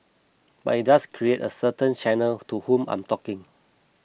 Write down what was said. but it does create a certain channel to whom I'm talking